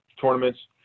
tournaments